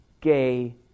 gay